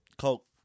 coke